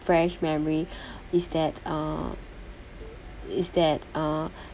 fresh memory is that uh is that uh